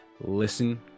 listen